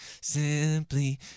simply